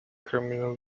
criminal